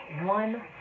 one